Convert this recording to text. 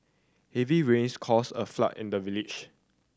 heavy rains caused a flood in the village